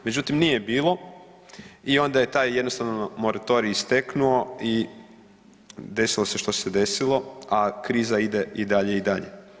Međutim, nije je bilo i onda je taj jednostavno moratorij isteknuo i desilo se što se desilo, a kriza ide i dalje i dalje.